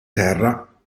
terra